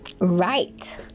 right